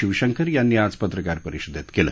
शिवशंकर यांनी आज पत्रकार परिषदेत केलं